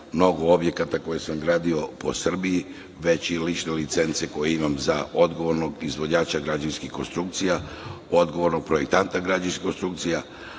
mnogo objekata koje sam gradio po Srbiji, već i lično licence koje imam za odgovornog izvođača građevinskih konstrukcija, odgovornog projektanta građevinskih konstrukcija,